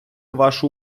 вашу